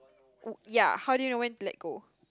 oo ya how do you know when to let go